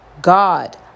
god